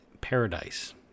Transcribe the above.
paradise